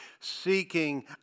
seeking